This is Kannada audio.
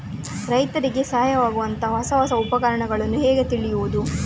ರೈತರಿಗೆ ಸಹಾಯವಾಗುವಂತಹ ಹೊಸ ಹೊಸ ಉಪಕರಣಗಳನ್ನು ಹೇಗೆ ತಿಳಿಯುವುದು?